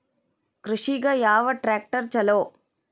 ಕೃಷಿಗ ಯಾವ ಟ್ರ್ಯಾಕ್ಟರ್ ಛಲೋ?